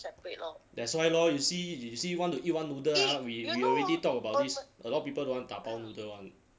that's why lor you see you see want to eat one noodle ah we we already talk about this a lot of people don't want 打包 noodle [one]